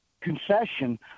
concession